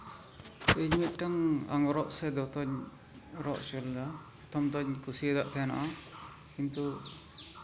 ᱤᱧ ᱢᱤᱫᱴᱟᱱ ᱟᱝᱜᱽᱨᱚᱵ ᱥᱮ ᱫᱚᱛᱚᱧ ᱨᱚᱜ ᱦᱚᱪᱚ ᱞᱮᱫᱟ ᱯᱨᱚᱛᱷᱚᱢ ᱫᱚᱧ ᱠᱩᱥᱤᱭᱟᱠᱟᱫ ᱛᱟᱦᱮᱱᱚᱜᱼᱟ ᱠᱤᱱᱛᱩ